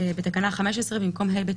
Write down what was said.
להתמודדות עם נגיף הקורונה החדש (הוראת שעה),